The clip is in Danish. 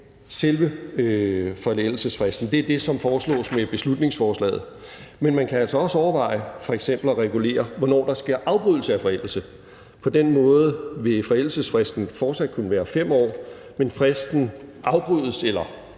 selve forældelsesfristen. Det er det, som foreslås med beslutningsforslaget. Men man kan altså også overveje f.eks. at regulere, hvornår der sker afbrydelse af forældelse. På den måde vil forældelsesfristen fortsat kun være 5 år, men fristen afbrydes, eller